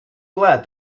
glad